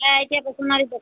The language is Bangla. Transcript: হ্যাঁ এটা রকমারি দোকান